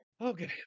okay